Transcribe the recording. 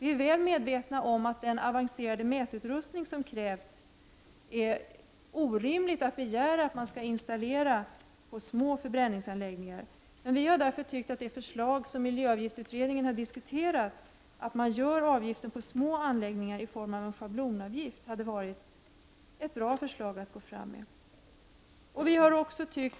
Vi är väl medvetna om att det är orimligt att begära att den avancerade mätutrustning som krävs skall installeras på små förbränningsanläggningar. Vi tycker därför att det förslag som miljöavgiftsutredningen har diskuterat, nämligen att avgiften på små anläggningar skall tas ut i form av en schablonavgift, hade varit ett bra förslag.